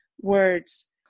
words